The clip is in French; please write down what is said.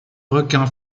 requin